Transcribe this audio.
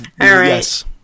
Yes